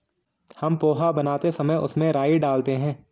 हम पोहा बनाते समय उसमें राई डालते हैं